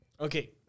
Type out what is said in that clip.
Okay